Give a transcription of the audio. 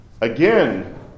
Again